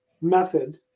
method